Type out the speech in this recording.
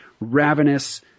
ravenous